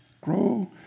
Grow